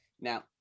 Now